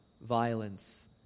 violence